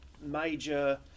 major